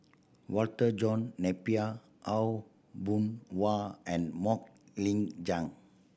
Walter John Napier Aw Boon Haw and Mok Ying Jang